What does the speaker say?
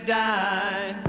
die